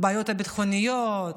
הבעיות הביטחוניות